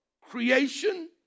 creation